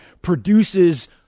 produces